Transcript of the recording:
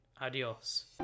adios